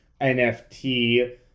NFT